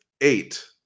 eight